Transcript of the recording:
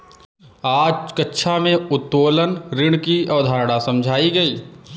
आज कक्षा में उत्तोलन ऋण की अवधारणा समझाई गई